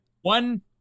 One